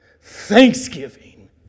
thanksgiving